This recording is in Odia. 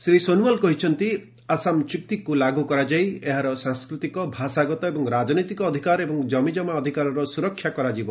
ଶ୍ରୀ ସୋନୱାଲ କହିଛନ୍ତି ଆସାମ ଚୁକ୍ତିକୁ ଲାଗୁ କରାଯାଇ ଏହାର ସାଂସ୍କୃତିକ ଭାଷାଗତ ଓ ରାଜନୈତିକ ଅଧିକାର ଏବଂ କମିଜମା ଅଧିକାରର ସୁରକ୍ଷା କରାଯିବ